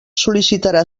sol·licitarà